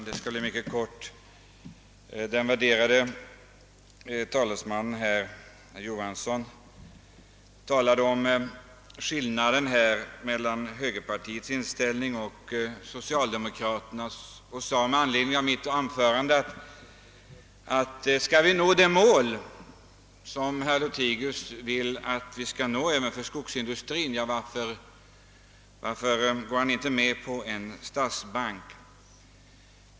Herr talman! Herr Johansson i Trollhättan talade om skillnaden mellan högerpartiets inställning och socialdemokraternas och frågade med anledning av mitt anförande: Skall vi nå det mål som herr Lothigius vill att vi skall nå även för skogsindustrin, varför går han då inte med på en statsbank?